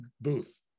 booth